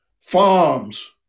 farms